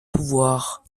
pouvoir